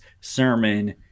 Sermon